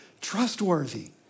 trustworthy